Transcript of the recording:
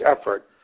effort